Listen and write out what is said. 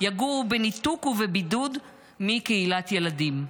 יגורו בניתוק ובידוד מקהילת ילדים.